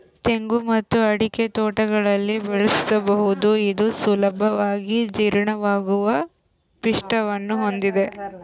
ತೆಂಗು ಮತ್ತು ಅಡಿಕೆ ತೋಟಗಳಲ್ಲಿ ಬೆಳೆಸಬಹುದು ಇದು ಸುಲಭವಾಗಿ ಜೀರ್ಣವಾಗುವ ಪಿಷ್ಟವನ್ನು ಹೊಂದಿದೆ